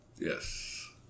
Yes